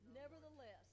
nevertheless